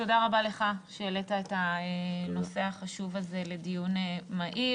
תודה רבה לך שהעלית את הנושא החשוב הזה לדיון מהיר.